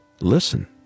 Listen